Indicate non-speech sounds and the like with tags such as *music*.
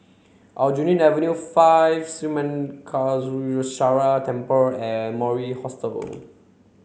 Aljunied Avenue five Sri *unintelligible* Temple and Mori Hostel